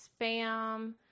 spam